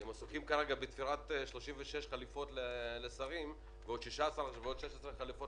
הם עסוקים כרגע בתפירת 36 חליפות לשרים ועוד 16 חליפות